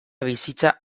bizitza